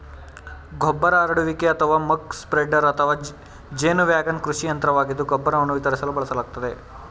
ಗೊಬ್ಬರ ಹರಡುವಿಕೆ ಅಥವಾ ಮಕ್ ಸ್ಪ್ರೆಡರ್ ಅಥವಾ ಜೇನು ವ್ಯಾಗನ್ ಕೃಷಿ ಯಂತ್ರವಾಗಿದ್ದು ಗೊಬ್ಬರವನ್ನು ವಿತರಿಸಲು ಬಳಸಲಾಗ್ತದೆ